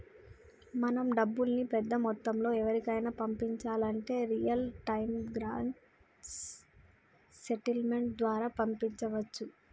మనం డబ్బుల్ని పెద్ద మొత్తంలో ఎవరికైనా పంపించాలంటే రియల్ టైం గ్రాస్ సెటిల్మెంట్ ద్వారా పంపించవచ్చు